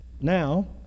Now